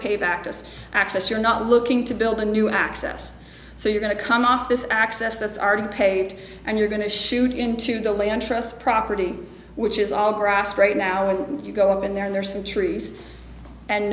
pay back to us access you're not looking to build a new access so you're going to come off this access that's already paved and you're going to shoot into the land trust property which is all grass right now when you go in there there are some trees and